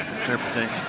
interpretation